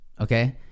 okay